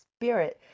spirit